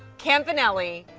campanelli,